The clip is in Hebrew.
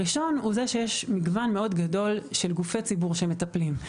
הראשון הוא זה שיש מגון מאוד גדול של גופי ציבור שמטפלים.